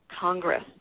Congress